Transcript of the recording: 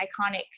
iconic